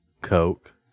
Coke